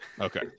Okay